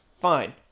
Fine